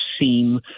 seem